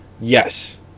Yes